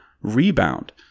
rebound